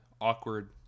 awkward